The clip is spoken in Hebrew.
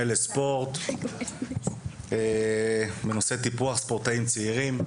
לספורט בנושא: טיפוח ספורטאים צעירים.